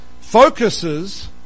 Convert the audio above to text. focuses